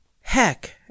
heck